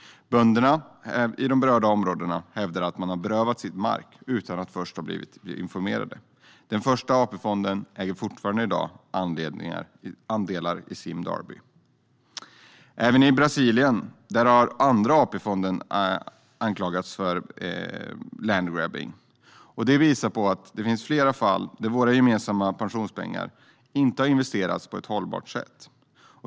Bönderna i de berörda områdena hävdar att de berövats sin mark utan att först ha blivit informerade. Första AP-fonden äger i dag fortfarande andelar i Sime Darby. I Brasilien har Andra AP-fonden anklagats för landgrabbing. Detta visar att det finns flera fall där våra gemensamma pensionspengar inte har investerats på ett hållbart sätt.